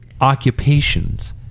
occupations